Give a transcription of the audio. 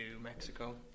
Mexico